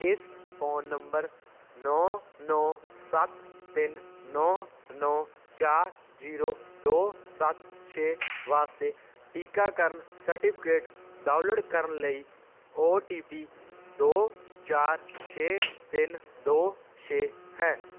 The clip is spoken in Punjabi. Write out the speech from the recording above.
ਇਸ ਫ਼ੋਨ ਨੰਬਰ ਨੌਂ ਨੌਂ ਸੱਤ ਤਿੰਨ ਨੌਂ ਨੌਂ ਚਾਰ ਜੀਰੋ ਦੋ ਸੱਤ ਛੇ ਵਾਸਤੇ ਟੀਕਾਕਰਨ ਸਰਟੀਫਿਕੇਟ ਡਾਊਨਲੋਡ ਕਰਨ ਲਈ ਓ ਟੀ ਪੀ ਦੋ ਚਾਰ ਛੇ ਤਿੰਨ ਦੋ ਛੇ ਹੈ